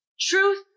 Truth